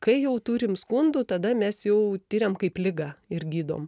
kai jau turim skundų tada mes jau tiriam kaip ligą ir gydom